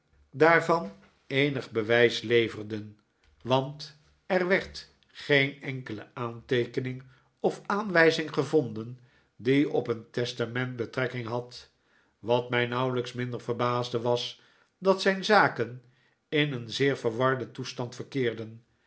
daarvan eenig bewijs leverden want er werd geen enkele aanteekening of aanwijzing gevonden die op een testament betrekking had wat mij nauwelijks minder verbaasde was dat zijn zaken in een zeer verwarden toestand verkeerden